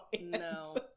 No